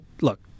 look